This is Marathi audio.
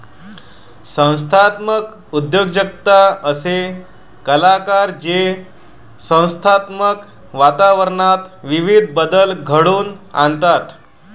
संस्थात्मक उद्योजकता असे कलाकार जे संस्थात्मक वातावरणात विविध बदल घडवून आणतात